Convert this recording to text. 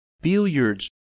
Billiard's